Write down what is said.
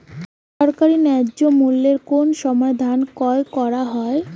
সরকারি ন্যায্য মূল্যে কোন সময় ধান ক্রয় করা হয়?